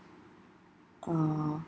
err